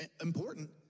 important